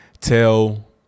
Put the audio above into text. tell